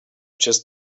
just